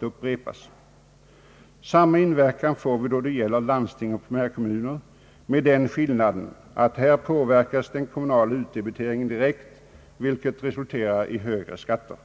har gått ut. Samma inverkan får vi då det gäller landsting och primärkommuner med den skillnaden att den kommunala utdebiteringen påverkas direkt, vilket resulterar i en högre skattesats.